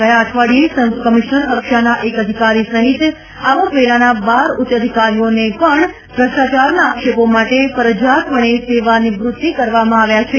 ગયા અઠવાડિયે સંયુક્ત કમિશ્નર કક્ષાના એક અધિકારી સહિત આવકવેરાના બાર ઉચ્ચ અધિકારીઓને પણ ભ્રષ્ટાચારના આક્ષેપો માટે ફરજિયાતપકો સેવાનિવૃત્તિ કરવામાં આવ્યા છે